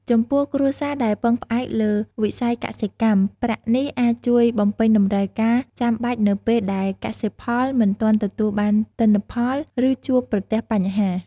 ចំពោះគ្រួសារដែលពឹងផ្អែកលើវិស័យកសិកម្ម ប្រាក់នេះអាចជួយបំពេញតម្រូវការចាំបាច់នៅពេលដែលកសិផលមិនទាន់ទទួលបានទិន្នផល ឬជួបប្រទះបញ្ហា។